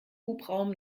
hubraum